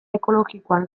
ekologikoan